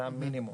זה המינימום.